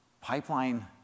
pipeline